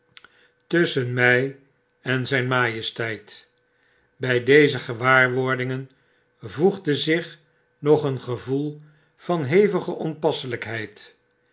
tusschen my en zijn majesteit bjj deze gewaarwordingen voegde zich nog een gevoel van hevigfes